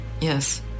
yes